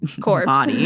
Corpse